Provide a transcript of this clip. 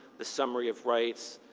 the summary of rights,